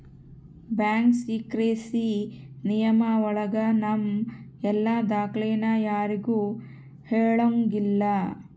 bank secrecy ನಿಯಮ ಒಳಗ ನಮ್ ಎಲ್ಲ ದಾಖ್ಲೆನ ಯಾರ್ಗೂ ಹೇಳಂಗಿಲ್ಲ